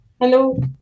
Hello